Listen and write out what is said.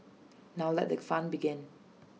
now let the fun begin